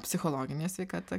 psichologinė sveikata